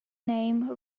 name